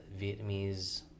Vietnamese